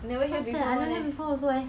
like they don't participate